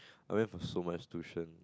I went for so much tuition